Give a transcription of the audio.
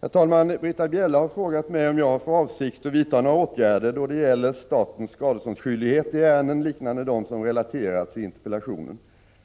Herr talman! Britta Bjelle har frågat mig om jag har för avsikt att vidta några åtgärder då det gäller statens skadeståndsskyldighet i ärenden liknande dem som relaterats i interpellationen.